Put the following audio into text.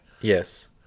Yes